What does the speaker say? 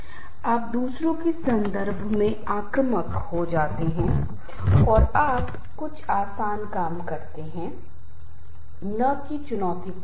तो ईयू तनाव उच्च प्रदर्शन के साथ जुड़ा हुआ है जबकि कम और उच्च तनाव खराब या कम प्रदर्शन से जुड़ा हुआ है